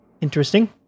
Interesting